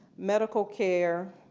medical care,